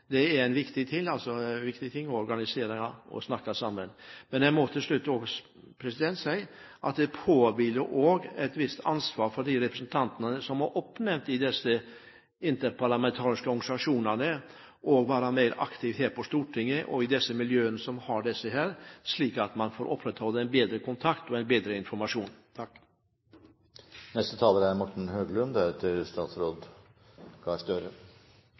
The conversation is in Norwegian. viktig ting å organisere og snakke sammen om. Til slutt må jeg si at det også påhviler de representantene som er oppnevnt i disse interparlamentariske organisasjonene, et visst ansvar for å være mer aktive her på Stortinget, og i disse miljøene, slik at man får opprettholdt bedre kontakt og bedre informasjon. Jeg har vært saksordfører for saken som omhandler den felles EFTA- og EØS-delegasjonen. I forlengelsen av redegjørelsesdebatten om europaspørsmål tidligere i dag er